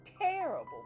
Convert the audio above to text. terrible